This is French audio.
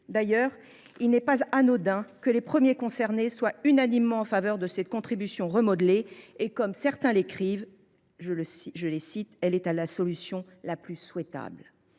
D’ailleurs, il n’est pas anodin que les premiers concernés soient unanimement en faveur de cette contribution remodelée. Comme certains d’entre eux l’écrivent, elle est la solution la plus souhaitable.